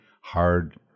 hard